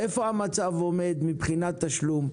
איפה המצב עומד מבחינת התשלום?